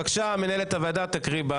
בבקשה, מנהלת הוועדה, תקריאי.